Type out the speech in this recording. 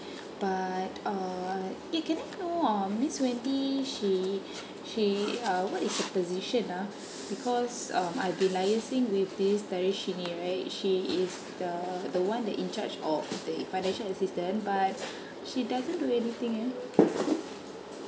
but uh eh can I know uh miss wendy she she uh what is her position ah because um I've be liaising with this darishini right she is the the one that in charge of the financial assistance but she doesn't do anything ah